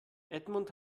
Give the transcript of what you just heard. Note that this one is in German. edmund